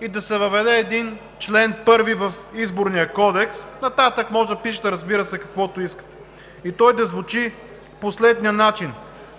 и да се въведе един член първи в Изборния кодекс. Нататък можете да пишете, разбира се, каквото искате, и той да звучи по следния начин: